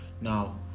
Now